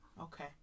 okay